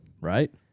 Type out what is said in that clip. right